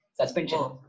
Suspension